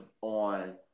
on